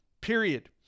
period